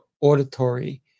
auditory